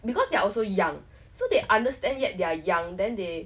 because they are also young so they understand yet they're young then they